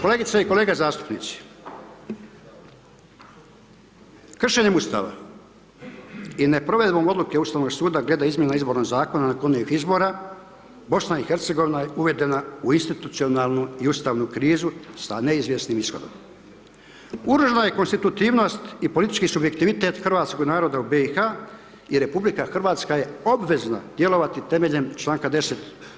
Kolegice i kolege zastupnici, kršenjem Ustava i neprovedbom odluke Ustavnog suda glede izmjena Izbornog zakona nakon ovih izbora, BiH je uvedena u institucionalnu i ustavnu krizu sa neizvjesnim ishodom. ... i konstitutivnost i politički subjektivitet hrvatskog naroda u BiH-u i RH je obvezna djelovati temeljem članka 10.